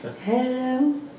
Hello